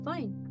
Fine